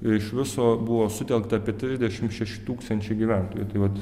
iš viso buvo sutelkta apie trisdešimt šeši tūkstančiai gyventojų tai vat